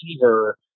receiver